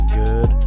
good